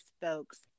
folks